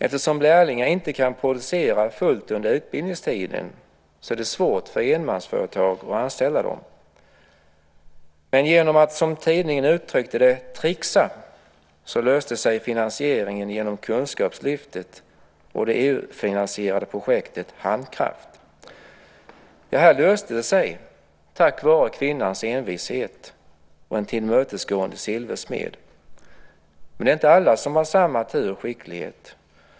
Eftersom lärlingar inte kan producera fullt under utbildningstiden är det svårt för enmansföretag att anställa dem. Men genom att, som tidningen uttryckte det, tricksa löste sig finansieringen genom Kunskapslyftet och det EU-finansierade projektet Handkraft. Här löste det sig tack vare kvinnans envishet och en tillmötesgående silversmed. Men det är inte alla som har samma tur och skicklighet.